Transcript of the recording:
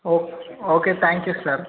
oh okay thank you sir